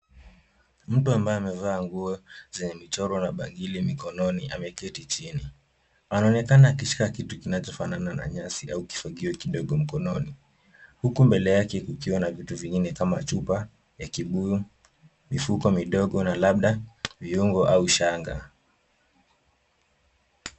Mtu ambaye amevaa nguo zenye michoro na bangili mikononi ameketi chini, anaonekana akishika kitu kinachofanana na nyasi au kifagio kinachomkononi, huku mbele yake kukiona vitu vingine kama chupa ya kibuyu, mifuko midogo, na labda viungo au shanga